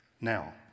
Now